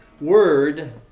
word